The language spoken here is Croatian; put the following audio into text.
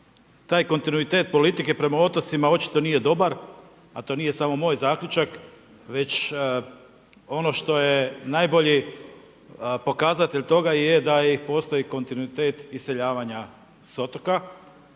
taj kontinuitet politike prema otocima očito nije dobar, a to nije samo moj zaključak, već ono što je najbolji pokazatelj toga je da i postoji kontinuitet iseljavanja s otoka,